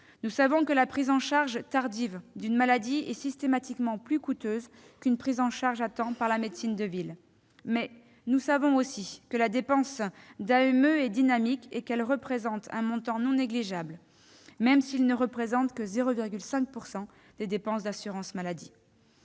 Nous savons que la prise en charge tardive d'une maladie est systématiquement plus coûteuse qu'une prise en charge précoce par la médecine de ville. Cependant, nous savons aussi que la dépense d'AME est dynamique : son montant est non négligeable, même s'il ne représente que 0,5 % des dépenses d'assurance maladie.